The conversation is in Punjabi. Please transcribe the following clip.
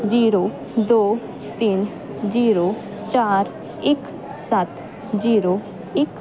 ਜੀਰੋ ਦੋ ਤਿੰਨ ਜੀਰੋ ਚਾਰ ਇੱਕ ਸੱਤ ਜੀਰੋ ਇੱਕ